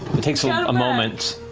it takes a like ah moment